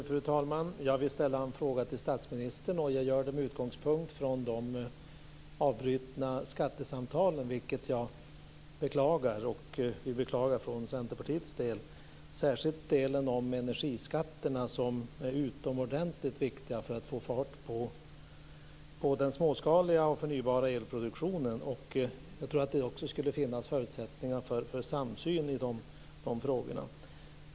Fru talman! Jag vill ställa en fråga till statsministern, och jag gör det med utgångspunkt i de avbrutna skattesamtalen. Något som jag beklagar. Vi beklagar från Centerpartiets sida särskilt delen om energiskatterna, vilka är utomordentligt viktiga för att få fart på den småskaliga och förnybara elproduktionen. Jag tror att det också skulle finnas förutsättningar för samsyn i de frågorna.